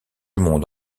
monde